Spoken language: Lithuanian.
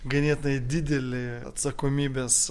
ganėtinai didelį atsakomybės